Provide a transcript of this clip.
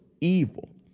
evil